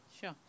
Sure